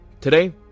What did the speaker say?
today